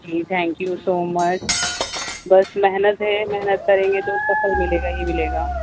G thank you so much بس محنت ہے محنت کریں گے تو اس کا پھل ملے گا ہی ملے گا